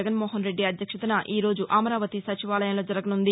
జగన్మోహన్ రెడ్డి అధ్యక్షతన ఈరోజు అమరావతి సచివాలయంలో జరగనుంది